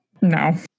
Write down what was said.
No